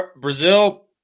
Brazil